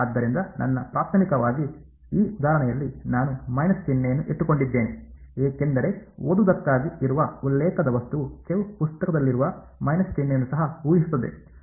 ಆದ್ದರಿಂದ ನನ್ನ ಪ್ರಾಥಮಿಕವಾಗಿ ಈ ಉದಾಹರಣೆಯಲ್ಲಿ ನಾನು ಮೈನಸ್ ಚಿಹ್ನೆಯನ್ನು ಇಟ್ಟುಕೊಂಡಿದ್ದೇನೆ ಏಕೆಂದರೆ ಓದುವುದಕ್ಕಾಗಿ ಇರುವ ಉಲ್ಲೇಖದ ವಸ್ತುವು ಚೆವ್ ಪುಸ್ತಕದಲ್ಲಿರುವ Chew's book ಮೈನಸ್ ಚಿಹ್ನೆಯನ್ನು ಸಹ ಊಹಿಸುತ್ತದೆ